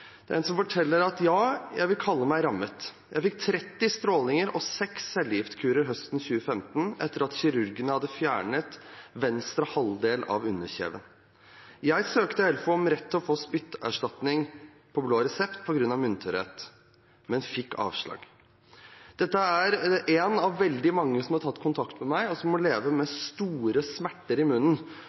Det er en som forteller: – Ja, jeg vil kalle meg rammet. Jeg fikk 30 strålinger og 6 cellegiftkurer høsten 2015 etter at kirurgen hadde fjernet venstre halvdel av underkjeven. Jeg søkte Helfo om rett til å få spytterstatning på blå resept på grunn av munntørrhet, men fikk avslag. Dette er en av veldig mange som har tatt kontakt med meg, og som må leve med store smerter i munnen.